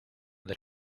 del